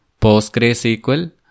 PostgreSQL